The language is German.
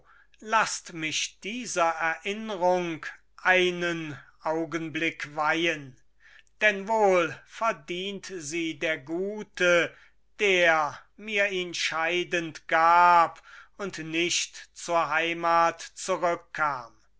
laßt mich dieser erinnrung einen augenblick weihen denn wohl verdient sie der gute der mir ihn scheidend gab und nicht zur heimat zurückkam